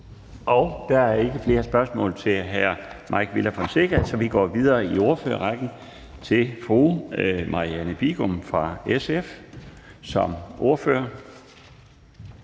Der er ikke flere spørgsmål til hr. Mike Villa Fonseca. Så vi går videre i ordførerrækken til fru Marianne Bigum fra SF som ordfører.